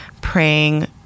praying